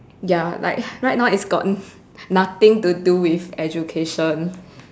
ya like right now it's got nothing to do with education